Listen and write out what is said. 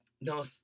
No